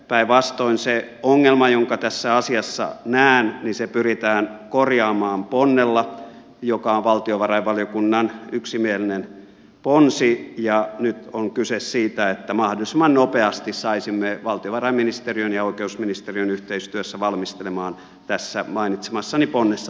päinvastoin se ongelma jonka tässä asiassa näen pyritään korjaamaan ponnella joka on valtiovarainvaliokunnan yksimielinen ponsi ja nyt on kyse siitä että mahdollisimman nopeasti saisimme valtiovarainministeriön ja oikeusministeriön yhteistyössä valmistelemaan tässä mainitsemassani ponnessa tarkoitetun muutoksen